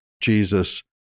Jesus